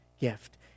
gift